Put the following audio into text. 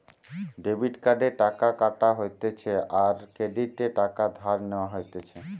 debit কার্ডে টাকা কাটা হতিছে আর ক্রেডিটে টাকা ধার নেওয়া হতিছে